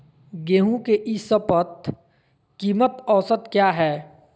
गेंहू के ई शपथ कीमत औसत क्या है?